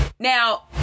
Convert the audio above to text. Now